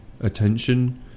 attention